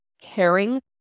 caring